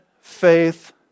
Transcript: faith